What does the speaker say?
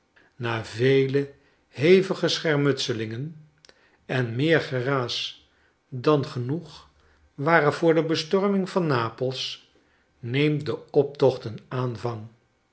na vele hevige schermutselingen en meer geraas dan genoeg ware voor de bestorming van nap els neemt de optocht een aanvang